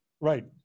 Right